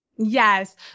Yes